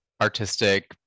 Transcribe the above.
artistic